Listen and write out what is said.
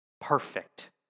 perfect